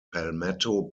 palmetto